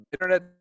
Internet